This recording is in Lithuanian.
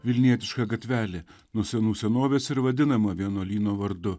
vilnietiška gatvelė nuo senų senovės ir vadinama vienuolyno vardu